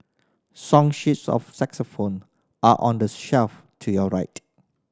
song sheets of xylophone are on the shelf to your right